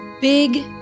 big